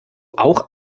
auch